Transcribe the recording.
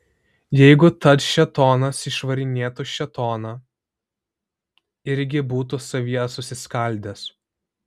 jeigu tad šėtonas išvarinėtų šėtoną irgi būtų savyje susiskaldęs